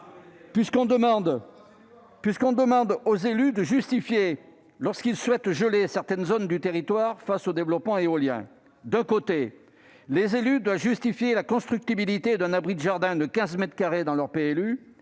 On demande aux élus de se justifier lorsqu'ils souhaitent geler certaines zones du territoire face au développement éolien. D'un côté, on demande aux élus de justifier la constructibilité d'un abri de jardin de 15 mètres carrés dans leur PLU